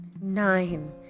nine